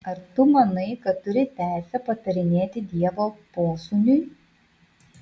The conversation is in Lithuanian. ar tu manai kad turi teisę patarinėti dievo posūniui